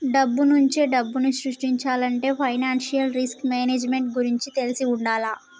డబ్బునుంచే డబ్బుని సృష్టించాలంటే ఫైనాన్షియల్ రిస్క్ మేనేజ్మెంట్ గురించి తెలిసి వుండాల